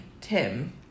Tim